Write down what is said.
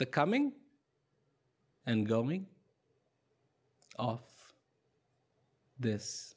the coming and going off this